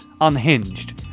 unhinged